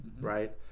right